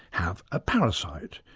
have a parasite,